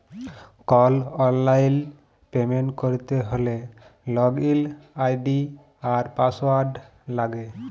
call অললাইল payment ক্যরতে হ্যলে লগইল আই.ডি আর পাসঅয়াড় লাগে